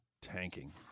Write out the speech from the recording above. tanking